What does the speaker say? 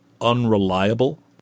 Unreliable